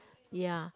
ya